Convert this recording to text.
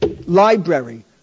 library